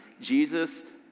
Jesus